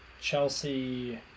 chelsea